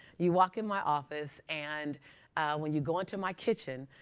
you walk in my office and when you go into my kitchen,